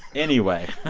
anyway.